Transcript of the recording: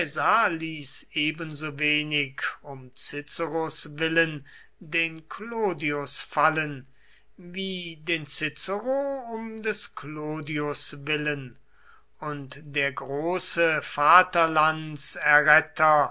ebensowenig um ciceros willen den clodius fallen wie den cicero um des clodius willen und der große